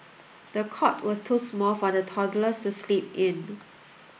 the cot was too small for the toddler to sleep in